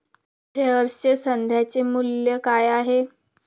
शेअर्सचे सध्याचे मूल्य काय आहे?